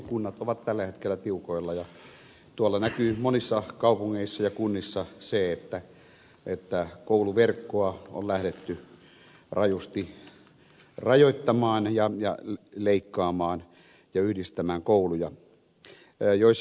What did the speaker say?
kunnat ovat tällä hetkellä tiukoilla ja tuolla näkyy monissa kaupungeissa ja kunnissa se että kouluverkkoa on lähdetty rajusti rajoittamaan ja leikkaamaan ja yhdistämään kouluja